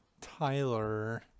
Tyler